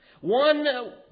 one